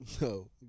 No